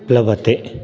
प्लवते